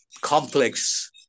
complex